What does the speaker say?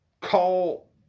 call